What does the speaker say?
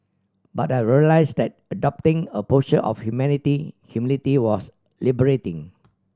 but I realise that adopting a posture of humanity humility was liberating